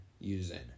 using